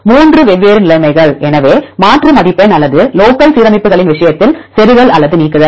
3 வெவ்வேறு நிலைமைகள் எனவே மாற்று மதிப்பெண் அல்லது லோக்கல் சீரமைப்புகளின் விஷயத்தில் செருகல் அல்லது நீக்குதல்